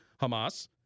Hamas